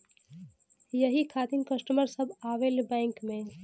यही खातिन कस्टमर सब आवा ले बैंक मे?